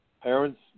Parents